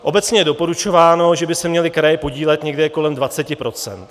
Obecně je doporučováno, že by se měly kraje podílet někde kolem 20 procent.